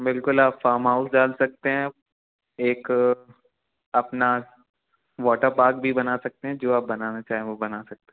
बिल्कुल आप farm house डाल सकते हैं एक अपना वॉटर पार्क भी बना सकते हैं जो आप बनाना चाहें वो बना सकते हैं